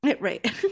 Right